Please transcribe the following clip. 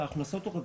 הכנסות או רווחים?